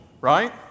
right